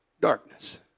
Darkness